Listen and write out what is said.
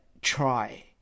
try